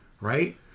Right